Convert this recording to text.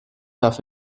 darf